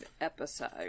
episode